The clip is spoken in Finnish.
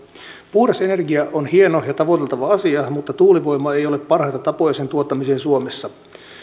puhdas energia on hieno ja tavoiteltava asia mutta tuulivoima ei ole parhaita tapoja sen tuottamiseen suomessa